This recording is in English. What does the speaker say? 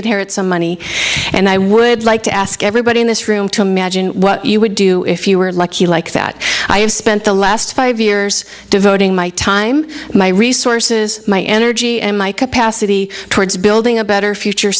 it here at some money and i would like to ask everybody in this room to imagine what you would do if you were lucky like that i have spent the last five years devoting my time my resources my energy and my capacity towards building a better future